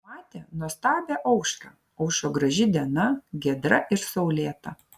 matė nuostabią aušrą aušo graži diena giedra ir saulėta